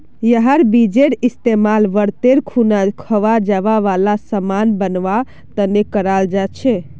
यहार बीजेर इस्तेमाल व्रतेर खुना खवा जावा वाला सामान बनवा तने कराल जा छे